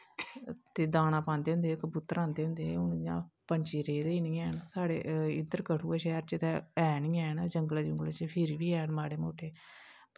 ते दानां पांदे होंदे हे कबूतर पांदे होंदे हे हून इयां पक्षी रेह् दे गै नी हैन साढ़े इद्दर कठुऐ शैह्र च ते है नी हैन जंगलैं जुंगलैं च फिर बी हैन माड़े मुट्टे